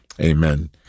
amen